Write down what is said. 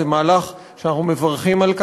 זה מהלך שאנחנו מברכים עליו,